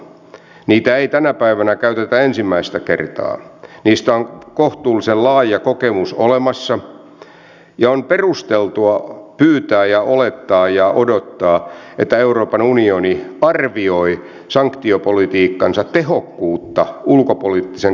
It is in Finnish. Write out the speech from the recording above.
sanktioita ei tänä päivänä käytetä ensimmäistä kertaa niistä on kohtuullisen laaja kokemus olemassa ja on perusteltua pyytää olettaa ja odottaa että euroopan unioni arvioi sanktiopolitiikkansa tehokkuutta ulkopoliittisen keinovalikoiman joukossa